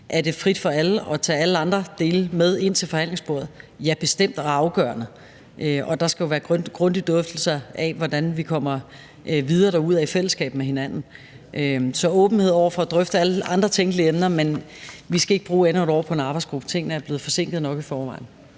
Er det frit for alle at tage alle andre dele med ind til forhandlingsbordet? Ja, bestemt, og det afgørende. Og der skal jo være grundige drøftelser af, hvordan vi kommer videre derudad i fællesskab. Så der er en åbenhed over for at drøfte alle andre tænkelige emner, men vi skal ikke bruge endnu et år på en arbejdsgruppe. Tingene er blevet forsinket nok i forvejen.